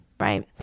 right